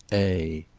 a.